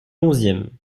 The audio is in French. onzième